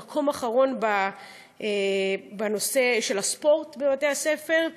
במקום האחרון בנושא של הספורט בבתי-הספר.